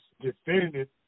defended